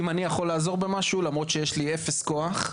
אם אני יכול לעזור במשהו למרות שיש לי אפס כוח,